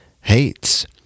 hates